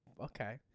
Okay